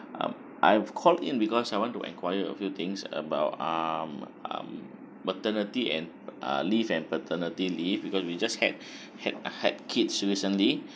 uh I've called in because I want to enquire a few things about um um maternity and uh leave and paternity leave because we just had had had kids recently